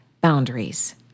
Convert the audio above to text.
boundaries